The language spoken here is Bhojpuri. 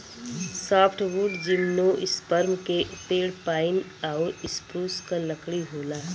सॉफ्टवुड जिम्नोस्पर्म के पेड़ पाइन आउर स्प्रूस क लकड़ी होला